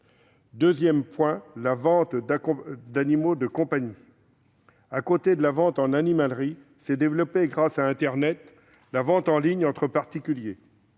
deuxième point concerne la vente d'animaux de compagnie. À côté de la vente en animalerie s'est développée, grâce à internet, la vente en ligne entre particuliers.